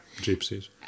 gypsies